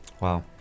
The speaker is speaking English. Wow